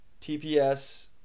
TPS